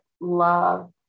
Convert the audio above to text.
love